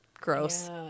gross